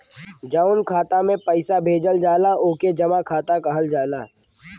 जउन खाता मे पइसा भेजल जाला ओके जमा खाता कहल जाला